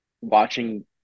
watching